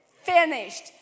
finished